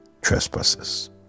trespasses